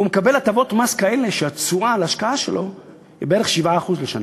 מקבל הטבות מס כאלה שהתשואה על ההשקעה שלו היא בערך 7% לשנה.